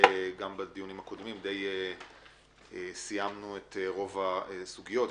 בדיונים הקודמים סיימנו את רוב הסוגיות.